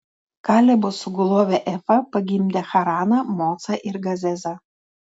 kalebo sugulovė efa pagimdė haraną mocą ir gazezą